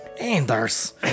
Anders